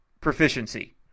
proficiency